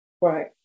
right